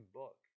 book